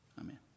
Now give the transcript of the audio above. Amen